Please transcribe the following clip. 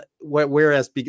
whereas